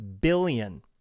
billion